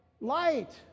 light